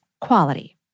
quality